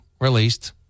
released